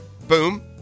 Boom